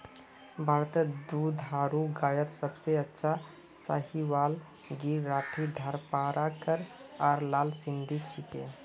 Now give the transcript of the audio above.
भारतत दुधारू गायत सबसे अच्छा साहीवाल गिर राठी थारपारकर आर लाल सिंधी छिके